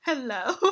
Hello